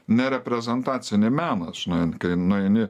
ne reprezentacinį meną žinai kai nueini